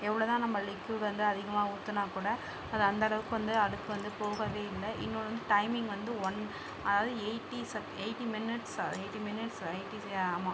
எவ்ளவுதான் நம்ம லிக்யூடு வந்து அதிகமாக ஊற்றினாக் கூட அது அந்தளவுக்கு வந்து அழுக்கு வந்து போகவே இல்லை இன்னொன்று வந்து டைமிங் வந்து ஒன் அதாவது எயிட்டி செக் எயிட்டி மினிட்ஸா எயிட்டி மினிட்ஸு எயிட்டிஸ் ஆமாம்